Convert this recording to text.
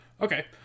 Okay